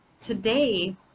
today